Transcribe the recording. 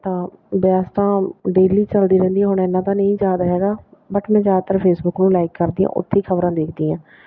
ਤਾਂ ਬਹਿਸ ਤਾਂ ਡੇਲੀ ਚੱਲਦੀ ਰਹਿੰਦੀ ਆ ਹੁਣ ਐਨਾ ਤਾਂ ਨਹੀਂ ਯਾਦ ਹੈਗਾ ਬਟ ਮੈਂ ਜ਼ਿਆਦਾਤਰ ਫੇਸਬੁੱਕ ਨੂੰ ਲਾਈਕ ਕਰਦੀ ਹਾਂ ਉੱਥੇ ਹੀ ਖਬਰਾਂ ਦੇਖਦੀ ਹਾਂ